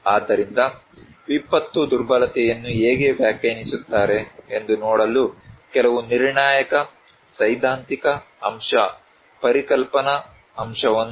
ಆದ್ದರಿಂದ ವಿಪತ್ತು ದುರ್ಬಲತೆಯನ್ನು ಹೇಗೆ ವ್ಯಾಖ್ಯಾನಿಸುತ್ತಾರೆ ಎಂದು ನೋಡಲು ಕೆಲವು ನಿರ್ಣಾಯಕ ಸೈದ್ಧಾಂತಿಕ ಅಂಶ ಪರಿಕಲ್ಪನಾ ಅಂಶವನ್ನು ಅವಲೋಕಿಸುವುದು ನಿರ್ಣಾಯಕವಾಗಿದೆ